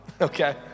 okay